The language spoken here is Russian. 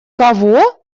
кого